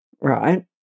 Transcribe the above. right